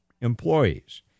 employees